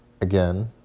Again